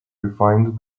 refined